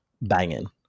banging